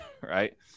right